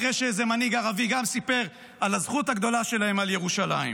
אחרי שאיזה מנהיג ערבי סיפר על הזכות הגדולה שלהם על ירושלים.